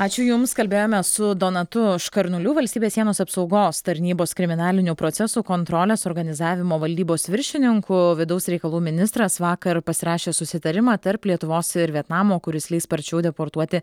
ačiū jums kalbėjome su donatu škarnuliu valstybės sienos apsaugos tarnybos kriminalinių procesų kontrolės organizavimo valdybos viršininku vidaus reikalų ministras vakar pasirašė susitarimą tarp lietuvos ir vietnamo kuris leis sparčiau deportuoti